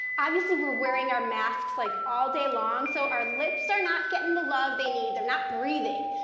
obviously we're wearing our masks like all day long. so, our lips are not getting the love they need, they're not breathing.